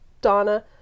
Donna